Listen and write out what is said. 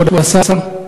כבוד השר,